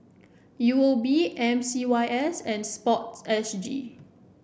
U O B M C Y S and sports S G